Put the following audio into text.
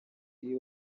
iyo